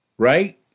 right